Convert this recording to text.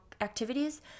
activities